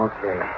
Okay